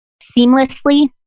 seamlessly